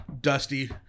dusty